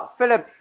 Philip